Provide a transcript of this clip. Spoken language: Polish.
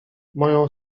moją